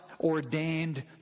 ordained